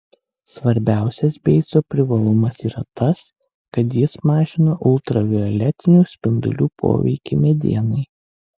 svarbiausias beico privalumas yra tas kad jis mažina ultravioletinių spindulių poveikį medienai